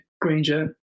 Granger